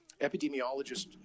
epidemiologist